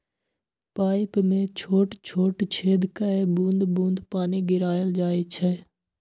pipe मे छोट छोट छेद कए बुंद बुंद पानि गिराएल जाइ छै